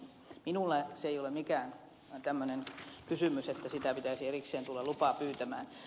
minulle se ei ole mikään tämmöinen kysymys että siitä pitäisi erikseen tulla lupa pyytämään